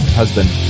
husband